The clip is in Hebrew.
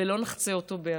ולא נחצה אותו באדום,